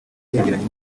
yegeranye